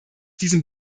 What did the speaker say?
diesem